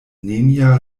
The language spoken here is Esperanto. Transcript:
nenia